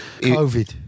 COVID